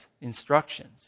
instructions